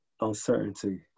uncertainty